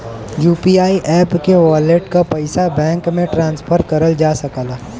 UPI app के wallet क पइसा बैंक में ट्रांसफर करल जा सकला